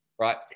right